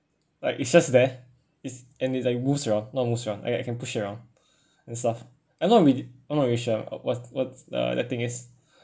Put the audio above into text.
like it's just there it's and it's like moves around not moves around I can push around and stuff I'm not really I'm not really sure what's what's uh the thing is